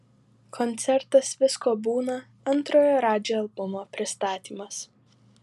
koncertas visko būna antrojo radži albumo pristatymas